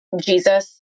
Jesus